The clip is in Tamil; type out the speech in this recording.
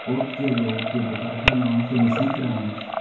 ஓகே ப்ரோ ஓகே ப்ரோ கரெக்டாக இந்த வாங்க கொஞ்சம் சீக்கிரம் வாங்க